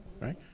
Right